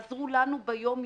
שמציעה לשנות את הגדרת המונופול.